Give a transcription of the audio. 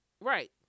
Right